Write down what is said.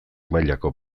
mailako